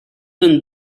een